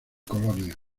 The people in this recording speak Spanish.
colonia